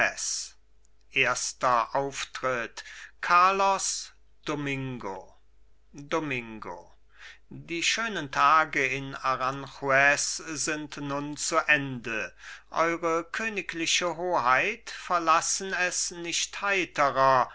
erster auftritt carlos domingo domingo die schönen tage in aranjuez sind nun zu ende eure königliche hoheit verlassen es nicht heiterer